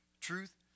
Truth